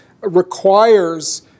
requires